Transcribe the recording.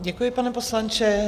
Děkuji, pane poslanče.